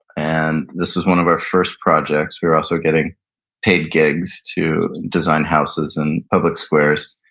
and this was one of our first projects. we were also getting paid gigs to design houses and public squares.